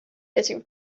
getting